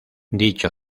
dicho